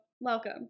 welcome